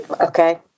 okay